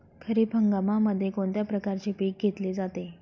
खरीप हंगामामध्ये कोणत्या प्रकारचे पीक घेतले जाते?